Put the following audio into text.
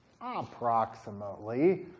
approximately